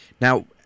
now